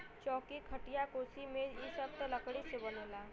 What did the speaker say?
चौकी, खटिया, कुर्सी मेज इ सब त लकड़ी से बनला